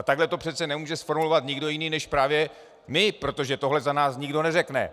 Takhle to přece nemůže zformulovat nikdo jiný než právě my, protože tohle za nás nikdo neřekne.